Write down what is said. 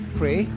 pray